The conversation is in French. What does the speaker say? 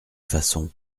façons